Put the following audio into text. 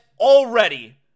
already